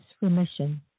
remission